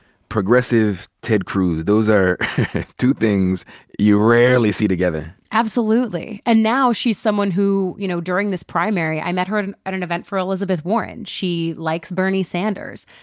progressive, ted cruz those are two things you rarely see together. absolutely. and now she's someone who, you know, during this primary, i met her at an at an event for elizabeth warren. she likes bernie sanders,